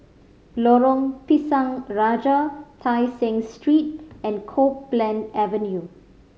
Lorong Pisang Raja Tai Seng Street and Copeland Avenue